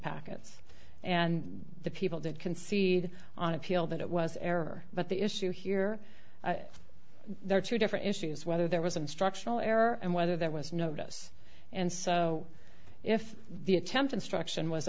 packets and the people did concede on appeal that it was error but the issue here there are two different issues whether there was an instructional error and whether that was notice and so if the attempt instruction was